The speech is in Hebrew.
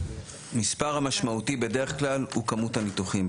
המספר המשמעותי בדרך כלל הוא כמות הניתוחים.